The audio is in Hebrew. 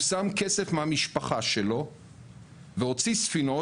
הוא שם כסף מהמשפחה שלו והוציא ספינות.